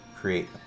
create